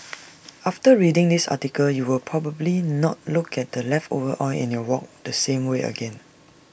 after reading this article you will probably not look at the leftover oil in your wok the same way again